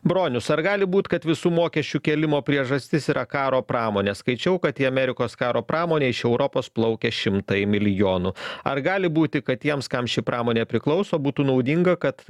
bronius ar gali būt kad visų mokesčių kėlimo priežastis yra karo pramonė skaičiau kad į amerikos karo pramonę iš europos plaukia šimtai milijonų ar gali būti kad tiems kam ši pramonė priklauso būtų naudinga kad